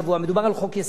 חוק ומשפט,